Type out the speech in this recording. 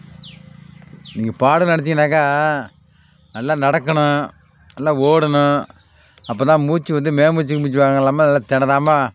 நீங்கள் பாட நினச்சிங்கன்னாக்க நல்லா நடக்கணும் நல்லா ஓடணும் அப்போதான் மூச்சு வந்து மேல்மூச்சு கீழ்மூச்சு வாங்கலாம்ம நல்லா திணறாம